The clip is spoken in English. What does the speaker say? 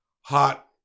hot